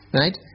right